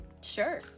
sure